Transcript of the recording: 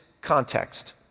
context